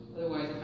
Otherwise